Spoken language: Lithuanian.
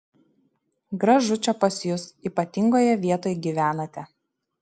gražu čia pas jus ypatingoje vietoj gyvenate